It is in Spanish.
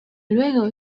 luego